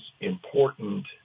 important